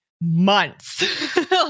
months